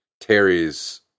Terry's